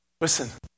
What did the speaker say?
Listen